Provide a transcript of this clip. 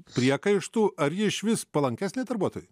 priekaištų ar ji išvis palankesnė darbuotojui